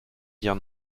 dire